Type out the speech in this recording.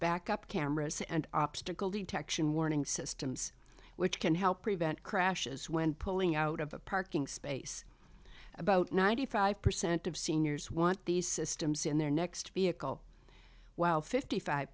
backup cameras and obstacle detection warning systems which can help prevent crashes when pulling out of a parking space about ninety five percent of seniors want these systems in their next vehicle while fifty five